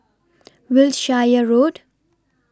Wiltshire Road